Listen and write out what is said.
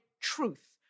truth